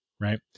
right